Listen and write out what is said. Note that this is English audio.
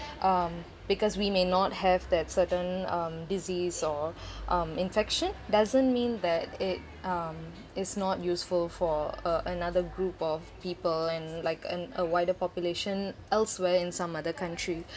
um because we may not have that certain um disease or um infection doesn't mean that it um is not useful for uh another group of people and like and a wider population elsewhere in some other country